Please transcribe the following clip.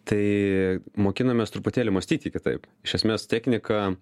tai mokinamės truputėlį mąstyti kitaip iš esmės technika